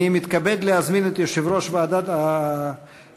אני מתכבד להזמין את יושב-ראש ועדת החינוך,